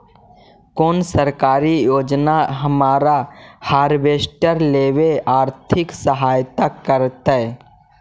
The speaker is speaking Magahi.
कोन सरकारी योजना हमरा हार्वेस्टर लेवे आर्थिक सहायता करतै?